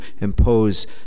impose